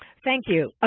thank you.